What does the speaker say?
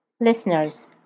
Listeners